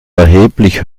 erheblich